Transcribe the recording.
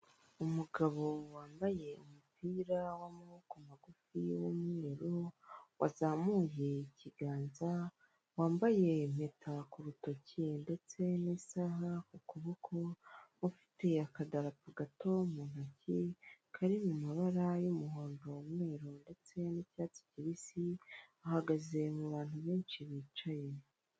Umugabo wambaye umupira w'amaboko magufi y'umweruru, wazamuye ikiganza, wambaye impeta ku rutoki ndetse n'isaha ku kuboko, ufite akadarapo gato mu ntoki kari mu mabara y'umuhondo n'umweru ndetse n'icyatsi kibisi, ahagaze mu bantu benshi bicaye.